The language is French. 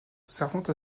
servante